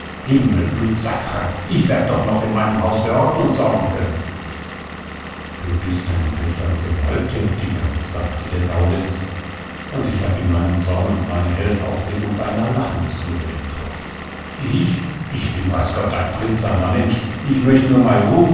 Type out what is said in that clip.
himmel blut sakra ich werd doch noch in meinem haus für ordnung sorgen können du bist ein recht ein gewalttätiger sagte der gaudenz und ich hab in meinem zorn und meiner hellen aufregung beinahe lachen müssen über den tropf ich ich bin weiß gott ein friedsamer mensch ich möcht nur mei ruh